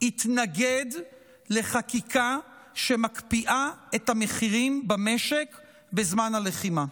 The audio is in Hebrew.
התנגד לחקיקה שמקפיאה את המחירים במשק בזמן הלחימה?